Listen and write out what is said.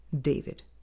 David